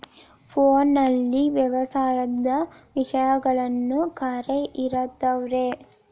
ಫೋನಲ್ಲಿ ವ್ಯವಸಾಯದ ವಿಷಯಗಳು ಖರೇ ಇರತಾವ್ ರೇ?